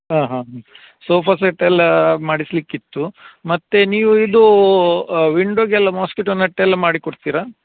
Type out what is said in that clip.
ಹಾಂ ಹಾಂ sofa set ಎಲ್ಲ ಮಾಡಿಸಲಿಕ್ಕಿತ್ತು ಮತ್ತು ನೀವು ಇದು ವಿಂಡೋಗೆಲ್ಲ ಮೊಸ್ಕಿಟೋ ನಟ್ ಎಲ್ಲ ಮಾಡಿಕೊಡ್ತೀರ